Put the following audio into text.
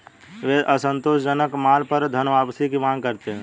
वे असंतोषजनक माल पर धनवापसी की मांग करते हैं